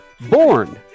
Born